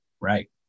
right